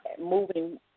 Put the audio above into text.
moving